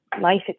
life